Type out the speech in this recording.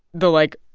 the, like,